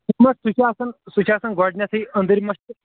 سُہ ما سُہ چھُ آسان سُہ چھُ آسان گۄڈنٮ۪تھٕے أنٛدٕرۍ مہ تہٕ